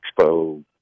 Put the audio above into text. Expo